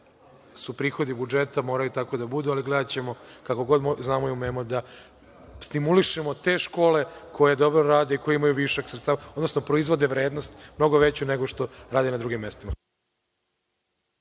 su prihodi budžeta, moraju tako da budu, ali gledaćemo kako god znamo i umemo stimulišemo te škole koje dobro rade i koje imaju višak sredstava, odnosno proizvode vrednost, mnogo veću nego što rade na drugim mestima.